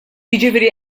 jiġifieri